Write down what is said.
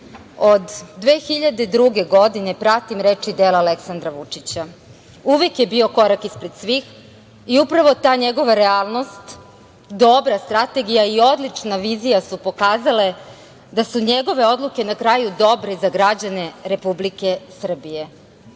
2002. godine pratim reči i dela Aleksandra Vučića. Uvek je bio korak ispred svih i upravo ta njegova realnost, dobra strategija i odlična vizija su pokazale da su njegove odluke na kraju dobre za građane Republike Srbije.